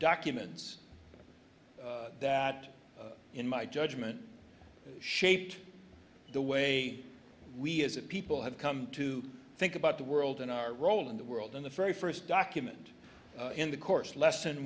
documents that in my judgment shaped the way we as a people have come to think about the world and our role in the world in the very first document in the course lesson